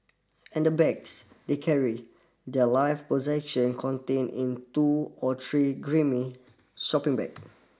and the bags they carry their life possession contained in two or three grimy shopping bag